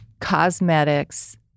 cosmetics